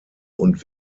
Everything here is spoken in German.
und